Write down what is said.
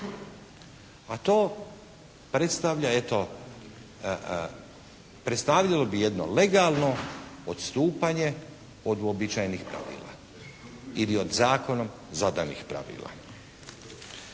eto, predstavljalo bi jedno legalno odstupanje od uobičajenih pravila ili od zakonom zadanih pravila.